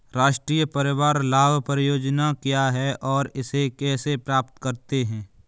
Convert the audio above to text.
राष्ट्रीय परिवार लाभ परियोजना क्या है और इसे कैसे प्राप्त करते हैं?